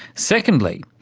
secondly,